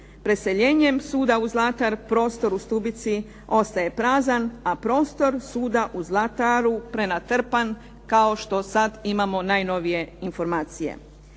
Preseljenjem suda u Zlatar prostor u Stubici ostaje prazan a prostor suda u Zlataru prenatrpan kao što sad imamo najnovije informacije.